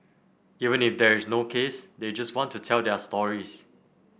even if there is no case they just want to tell their stories